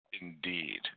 Indeed